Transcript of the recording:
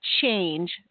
change